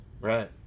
Right